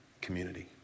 community